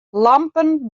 lampen